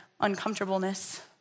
uncomfortableness